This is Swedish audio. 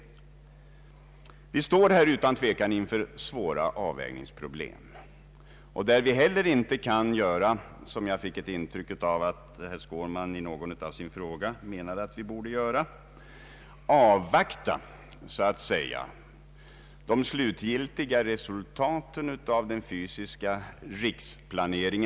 Vi står här utan tvekan inför svåra avvägningsproblem, där vi inte heller -— som jag fick ett intryck av att herr Skårman menade i någon av sina frågor — generellt kan avvakta det slutgiltiga resultatet av den fysiska riksplanen.